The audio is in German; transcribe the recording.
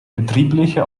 betriebliche